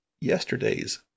yesterday's